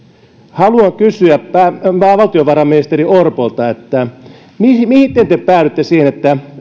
haluan kysyä valtiovarainministeri orpolta miten te päädyitte siihen että